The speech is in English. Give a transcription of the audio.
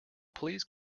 please